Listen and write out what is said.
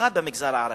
במיוחד במגזר הערבי,